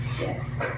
Yes